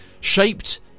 shaped